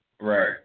Right